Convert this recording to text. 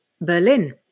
Berlin